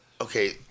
okay